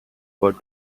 word